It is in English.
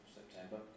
September